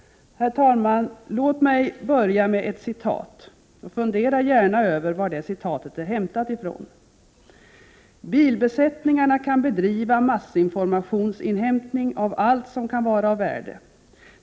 Herr talman! Låt mig börja med ett citat. Fundera gärna över varifrån detta citat kan vara hämtat. ”Bilbesättningarna kan bedriva massinformationsinhämtning av allt som kan vara av värde.